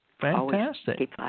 fantastic